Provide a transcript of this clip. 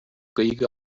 kõigi